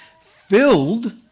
filled